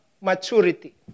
maturity